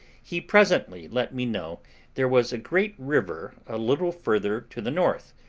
he presently let me know there was a great river a little further to the north,